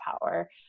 power